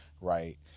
right